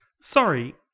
Sorry